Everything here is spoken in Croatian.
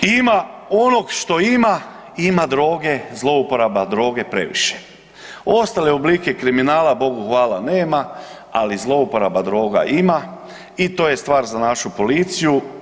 Ima onog što ima, ima droge, zlouporaba droga previše, ostale oblike kriminala Bogu hvala nema, ali zlouporaba droga ima i to je stvar za našu policiju.